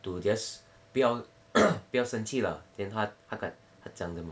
to just 不要不要生气啦 then 他敢他讲什么